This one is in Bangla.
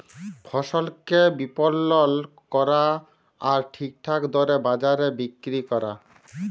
ফসলকে বিপলল ক্যরা আর ঠিকঠাক দরে বাজারে বিক্কিরি ক্যরা